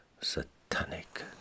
satanic